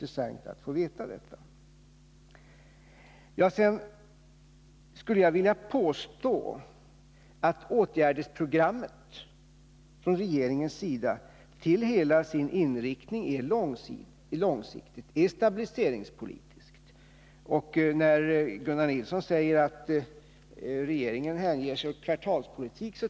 Sedan skulle jag vilja påstå att regeringens åtgärdsprogram i hela sin inriktning är långsiktigt. Det är stabiliseringspolitiskt. Åtgärdsprogrammet är en dementi på Gunnar Nilssons påstående att regeringen hänger sig åt kvartalspolitik.